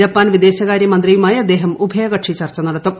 Japan വിദേശകാര്യ മന്ത്രിയുമായി അദ്ദേഹം ഉഭയകക്ഷി ചർച്ച നടത്തും